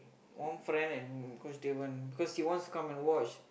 one friend and coach Daven cause he wants to come and watch